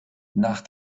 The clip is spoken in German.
nach